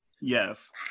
yes